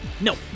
no